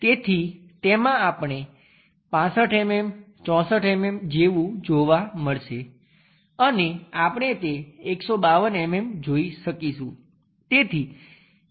તેથી તેમાં આપણે 65 mm 64 mm જેવું જોવા મળશે અને આપણે તે152 mm જોઈ શકીશું